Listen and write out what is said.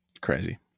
Crazy